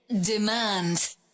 Demand